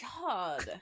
God